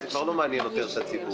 זה כבר לא מעניין יותר את הציבור.